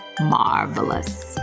marvelous